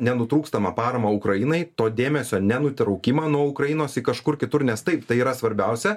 nenutrūkstamą paramą ukrainai to dėmesio nenutraukimą nuo ukrainos kažkur kitur nes taip tai yra svarbiausia